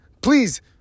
please